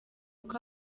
uko